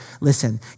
Listen